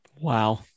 Wow